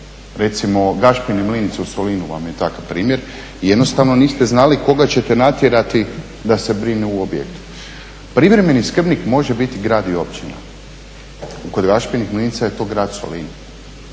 Recimo Gašpina mlinica u Solinu vam je takav primjer. Jednostavno niste znali koga ćete natjerati da se brine o objektu. Privremeni skrbnik može biti grad i općina. Kod Gašpinih mlinica je to grad Solin.